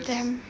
damn